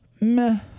meh